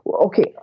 okay